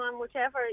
whichever